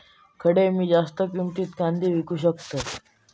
खडे मी जास्त किमतीत कांदे विकू शकतय?